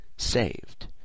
saved